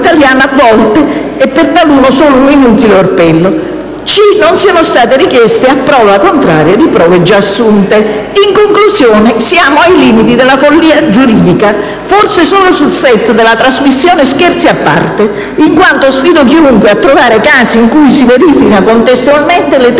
c) non siano state richieste a prova contraria di prove già assunte. **In conclusione**: siamo ai limiti della follia giuridica (forse solo sul set della trasmissione "Scherzi a parte"), in quanto sfido chiunque a trovare casi in cui si verificano contestualmente le tre indicate